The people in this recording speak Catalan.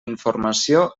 informació